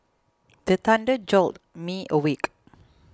the thunder jolt me awake